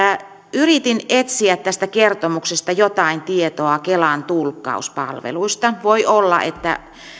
yritin etsiä tästä kertomuksesta jotain tietoa kelan tulkkauspalveluista voi olla